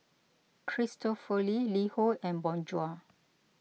Cristofori LiHo and Bonjour